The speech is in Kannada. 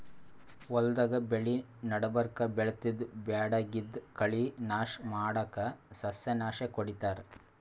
ಹೊಲ್ದಾಗ್ ಬೆಳಿ ನಡಬರ್ಕ್ ಬೆಳ್ದಿದ್ದ್ ಬ್ಯಾಡಗಿದ್ದ್ ಕಳಿ ನಾಶ್ ಮಾಡಕ್ಕ್ ಸಸ್ಯನಾಶಕ್ ಹೊಡಿತಾರ್